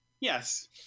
Yes